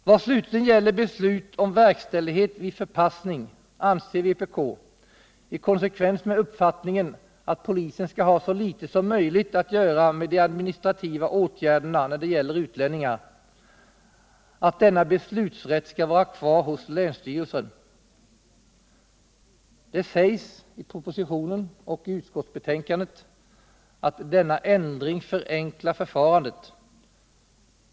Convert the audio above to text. Vad slutligen gäller beslut om verkställighet vid förpassning anser vpk, i konsekvens med uppfattningen att polisen skall ha så litet som möjligt att göra med de administrativa åtgärderna när det gäller utlänningar, att denna beslutsrätt skall vara kvar hos länsstyrelsen. Det sägs i propositionen och i utskottsbetänkandet att denna ändring förenklar förfarandet.